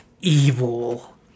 evil